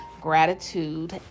gratitude